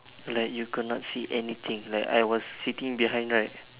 like you cannot see anything like I was sitting behind right